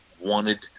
wanted